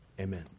amen